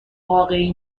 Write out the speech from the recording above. واقعی